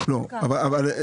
בבקשה